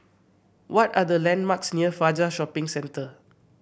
what are the landmarks near Fajar Shopping Centre